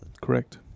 Correct